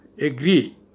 agree